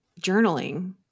journaling